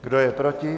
Kdo je proti?